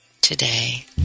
today